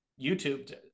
YouTube